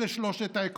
אלה שלושת העקרונות.